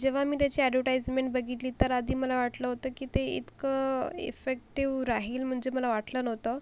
जेव्हा मी त्याची ॲडवटाईजमेंट बघितली तर आधी मला वाटलं होतं की ते इतकं इफेक्टिव राहील म्हणजे मला वाटलं नव्हतं